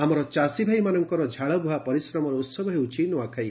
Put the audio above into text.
ଆମର ଚାଷୀଭାଇ ମାନଙ୍କର ଝାଳବୁହା ପରିଶ୍ରମର ଉହବ ହେଉଛି ନୂଆଖାଇ